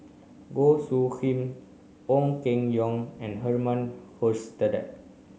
Goh Soo Khim Ong Keng Yong and Herman Hochstadt